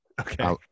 Okay